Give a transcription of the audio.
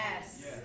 Yes